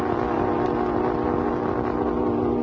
know